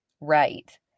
right